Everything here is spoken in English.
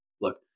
look